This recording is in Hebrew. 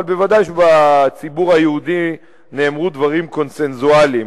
אבל בוודאי בציבור היהודי נאמרו דברים קונסנזואליים.